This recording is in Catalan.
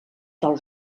del